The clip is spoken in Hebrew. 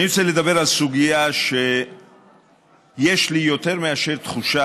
אני רוצה לדבר על סוגיה שיש לי יותר מאשר תחושה